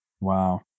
Wow